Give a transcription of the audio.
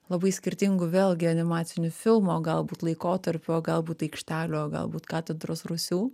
labai skirtingų vėlgi animacinių filmų o galbūt laikotarpių o galbūt aikštelių o galbūt katedros rūsių